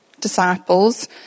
disciples